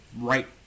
right